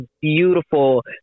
beautiful